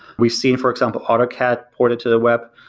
we've seen, for example, autocad ported to the web.